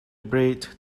braid